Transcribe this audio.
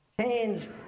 change